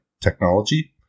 technology